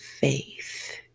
faith